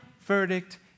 verdict